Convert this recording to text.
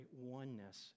oneness